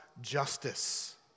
justice